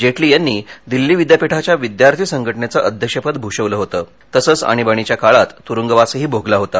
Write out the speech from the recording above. जेटली यांनी दिल्ली विद्यापीठाच्या विद्यार्थी संघटनेचं अध्यक्षपद भूषवलं होतं तसंच आणीबाणीच्या काळात तुरुंगवासही भोगला होता